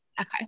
Okay